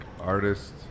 artists